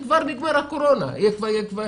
הקורונה כבר תיגמר.